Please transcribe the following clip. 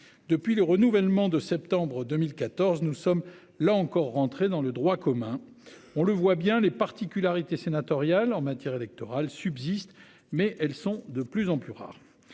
Depuis le renouvellement de septembre 2014. Nous sommes là encore rentrer dans le droit commun. On le voit bien les particularités sénatoriales en matière électorale subsistent mais elles sont de plus en plus rares.